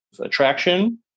attraction